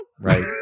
Right